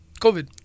COVID